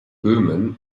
böhmen